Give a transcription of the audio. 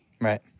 Right